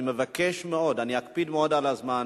אני מבקש מאוד, אני אקפיד מאוד על הזמן.